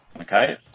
Okay